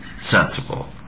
sensible